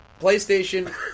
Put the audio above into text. PlayStation